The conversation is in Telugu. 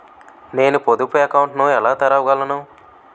నేను పొదుపు అకౌంట్ను ఎలా తెరవగలను?